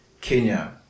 Kenya